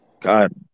God